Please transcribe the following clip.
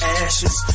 ashes